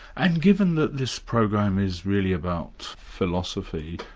and given that this program is really about philosophy,